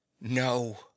no